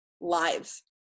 lives